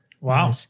Wow